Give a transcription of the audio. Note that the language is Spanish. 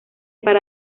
para